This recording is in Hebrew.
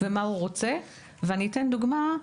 אני אתן דוגמה.